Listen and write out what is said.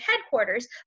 headquarters